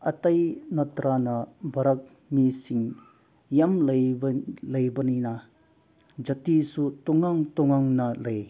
ꯑꯇꯩ ꯅꯠꯇ꯭ꯔꯒꯅ ꯚꯥꯔꯠ ꯃꯤꯁꯤꯡ ꯌꯥꯝ ꯂꯩꯕ ꯂꯩꯕꯅꯤꯅ ꯖꯥꯇꯤꯁꯨ ꯇꯣꯉꯥꯟ ꯇꯣꯉꯥꯟꯅ ꯂꯩ